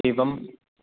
एवं